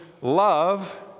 love